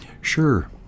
Sure